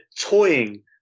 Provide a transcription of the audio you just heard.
toying